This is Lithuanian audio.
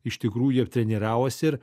iš tikrųjų jie treniravosi ir